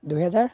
দুহেজাৰ